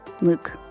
Luke